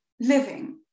living